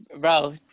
Bro